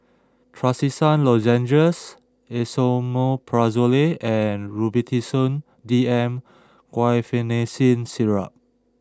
Trachisan Lozenges Esomeprazole and Robitussin DM Guaiphenesin Syrup